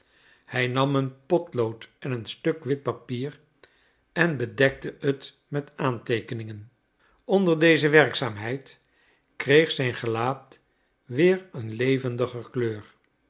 hij nam een potlood en een stuk wit papier en bedekte het met aanteekeningen onder deze werkzaamheid kreeg zijn gelaat weer een levendiger kleur